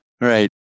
right